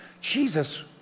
Jesus